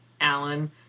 Alan